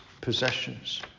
possessions